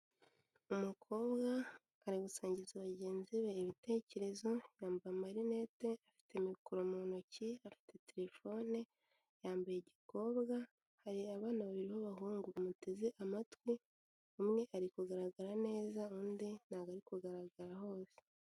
Umukobwa ari gusangiza bagenzi be ibitekerezo yambaye amarinete afite mikoro mu ntoki afite telefone yambaye gikobwa, hari abana babiri b'abahungu bamuteze amatwi umwe ari kugaragara neza undi ntabwo ari kugaragara hose.